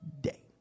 day